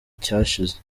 cyashize